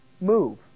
move